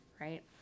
right